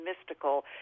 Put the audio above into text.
mystical